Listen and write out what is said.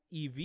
EV